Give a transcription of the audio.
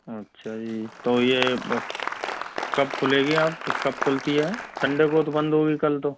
अच्छा जी ये तो ये कब खुलेगी आप कब खुलती है संडे को तो बंद होगी कल तो